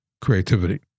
creativity